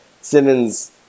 Simmons